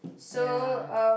ya